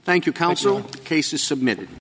thank you counsel case is submitted